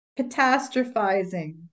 Catastrophizing